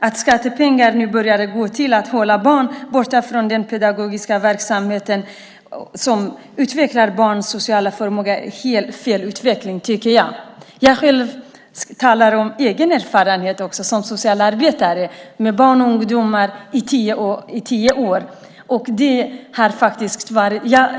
Att skattepengar nu börjar gå till att hålla barn borta från en pedagogisk verksamhet som utvecklar barns sociala förmåga är helt fel utveckling, tycker jag. Jag talar också utifrån egen erfarenhet. Som socialarbetare har jag i tio år arbetat med barn och ungdomar.